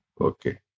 Okay